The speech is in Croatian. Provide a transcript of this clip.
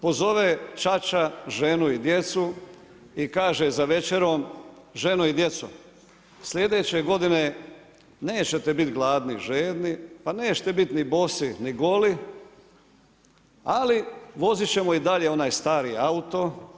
Pozove čača ženu i djecu i kaže za večerom ženo i djeco sljedeće godine nećete bit gladni i žedni, pa nećete bit ni bosi, ni goli ali vozit ćemo i dalje onaj stari auto.